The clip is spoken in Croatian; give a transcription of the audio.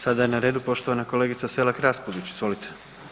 Sada je na redu poštovana kolegica Selak Raspudić, izvolite.